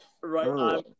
right